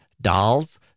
Dolls